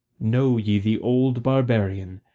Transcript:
know ye the old barbarian,